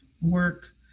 work